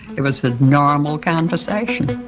it was a normal conversation